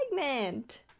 segment